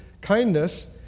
kindness